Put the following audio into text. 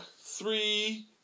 three